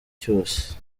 cyose